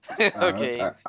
Okay